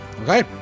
Okay